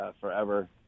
forever